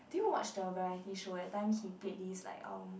do you watch the variety show that time he played this like um